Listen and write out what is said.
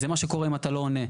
זה מה שקורה אם אתה לא עונה.